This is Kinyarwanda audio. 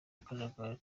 akajagari